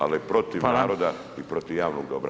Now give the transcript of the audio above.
Ali protiv naroda i protiv javnog dobra.